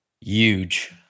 huge